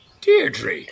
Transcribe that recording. Deirdre